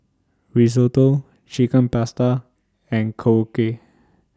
Risotto Chicken Pasta and Korokke